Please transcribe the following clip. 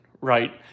right